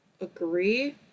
agree